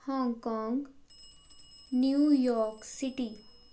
Hong Kong New York city